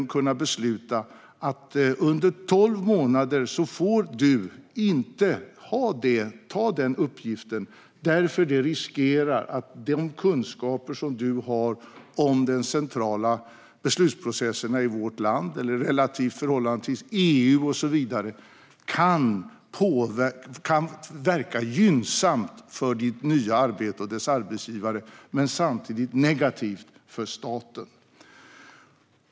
Då kan nämnden besluta att personen under tolv månader inte får ta denna uppgift, eftersom det finns risk för att de kunskaper som personen har om de centrala beslutsprocesserna i vårt land eller i förhållande till exempelvis EU kan verka gynnsamt för dennes nya arbete och arbetsgivare men samtidigt negativt för staten.